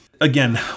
again